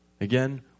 Again